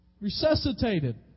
resuscitated